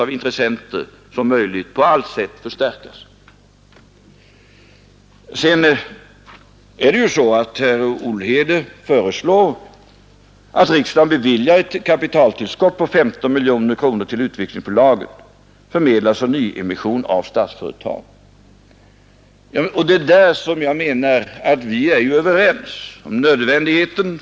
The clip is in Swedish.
Jag säger inte att det är ett bra resultat, men jag tycker att det kan vara rimligt att få läsa den siffran ur delårsrapporten, eftersom jag inte hörde den nämnas av herr Burenstam Linder.